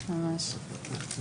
ממש ממש.